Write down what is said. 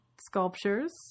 sculptures